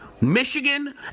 Michigan